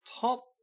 top